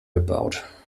gebaut